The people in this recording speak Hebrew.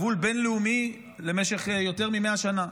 גבול בין-לאומי למשך יותר מ-100 שנה.